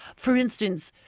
for instance,